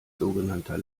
sogenannter